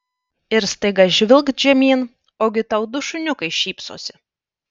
ir staiga žvilgt žemyn ogi tau du šuniukai šypsosi